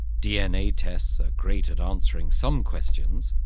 dna tests are great at answering some questions,